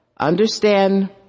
Understand